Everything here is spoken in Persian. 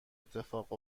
اتفاق